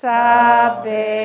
Sabe